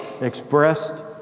Expressed